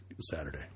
Saturday